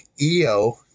EO